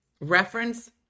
reference